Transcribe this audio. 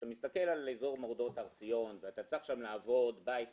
כאשר אתה מסתכל על אזור מורדות הר ציון ואתה צריך שם לעבוד בית,